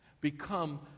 become